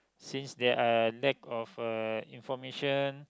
since there are lack of uh information